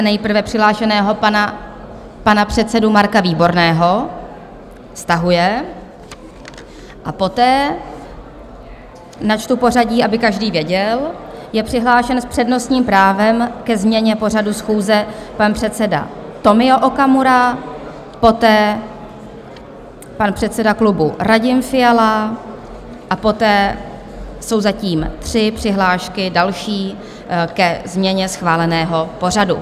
Nejprve zde mám přihlášeného pana předsedu Marka Výborného stahuje a poté, načtu pořadí, aby každý věděl, je přihlášen s přednostním právem ke změně pořadu schůze pan předseda Tomio Okamura, poté pan předseda klubu Radim Fiala a poté jsou zatím tři další přihlášky ke změně schváleného pořadu.